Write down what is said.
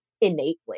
innately